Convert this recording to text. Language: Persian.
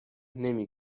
نمی